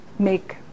make